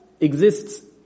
exists